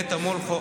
נטע מולכו,